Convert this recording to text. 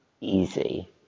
easy